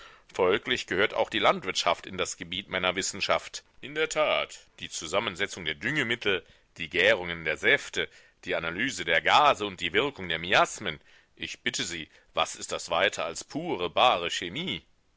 folglich gehört auch die landwirtschaft in das gebiet meiner wissenschaft in der tat die zusammensetzung der düngemittel die gärungen der säfte die analyse der gase und die wirkung der miasmen ich bitte sie was ist das weiter als pure bare chemie